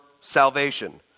salvation